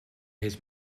his